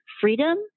freedom